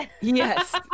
yes